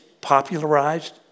popularized